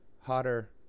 hotter